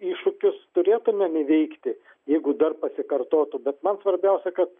iššūkius turėtumėm įveikti jeigu dar pasikartotų bet man svarbiausia kad